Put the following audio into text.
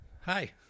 Hi